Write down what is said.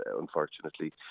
unfortunately